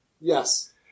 Yes